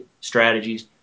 strategies